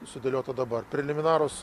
sudėliota dabar preliminarūs